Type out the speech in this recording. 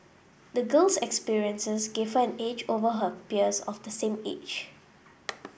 the girl's experiences gave her an edge over her peers of the same age